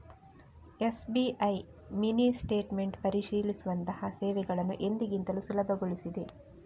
SBI mini statement ಪರಿಶೀಲಿಸುವಂತಹ ಸೇವೆಗಳನ್ನು ಎಂದಿಗಿಂತಲೂ ಸುಲಭಗೊಳಿಸಿದೆ